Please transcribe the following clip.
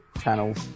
channels